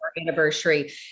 anniversary